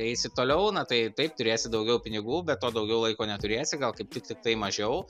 eisi toliau na tai taip turėsi daugiau pinigų bet to daugiau laiko neturėsi gal kaip tik tik tai mažiau